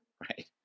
Right